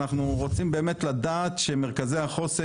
ואנחנו רוצים באמת לדעת שמרכזי החוסן